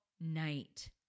night